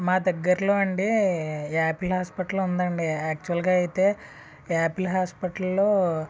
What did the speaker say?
మా దగ్గరలో అండి యాపిల్ హాస్పిటల్ ఉందండి యాక్చువల్ గా అయితే ఆపిల్ హాస్పిటల్ లో